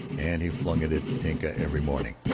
and he flung it at tinka every morning.